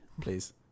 Please